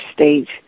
state